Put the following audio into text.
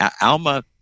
Alma